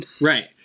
Right